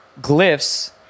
glyphs